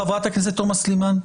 חברת הכנסת תומא סלימאן.